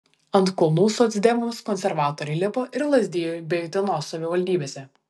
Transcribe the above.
ant kulnų socdemams konservatoriai lipo ir lazdijų bei utenos savivaldybėse